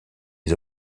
les